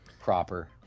proper